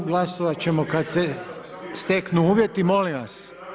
Glasovat ćemo kad se steknu uvjeti. … [[Upadica Bulj, ne razumije se.]] Molim vas!